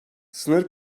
sınır